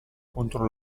contro